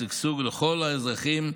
ושגשוג לכל האזרחים,